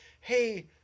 hey